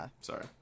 sorry